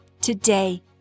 today